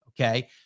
okay